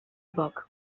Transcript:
poc